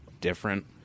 different